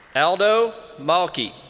aldo malki.